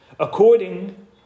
According